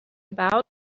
about